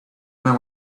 man